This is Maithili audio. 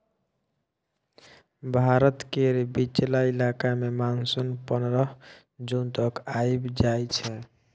भारत केर बीचला इलाका मे मानसून पनरह जून तक आइब जाइ छै